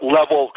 level